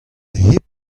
hep